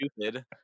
stupid